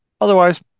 Otherwise